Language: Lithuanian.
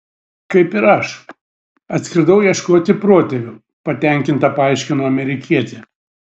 kaip ir aš atskridau ieškoti protėvių patenkinta paaiškino amerikietė